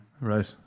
Right